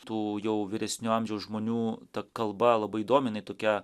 tų jau vyresnio amžiaus žmonių ta kalba labai įdomi jinai tokia